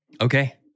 Okay